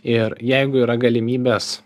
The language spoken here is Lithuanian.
ir jeigu yra galimybės